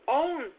own